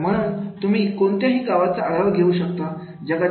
तर म्हणून तुम्ही कोणत्याही गावाचा आढावा घेऊ शकता